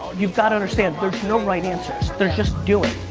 you've gotta understand, there's no um right answers. there's just doing.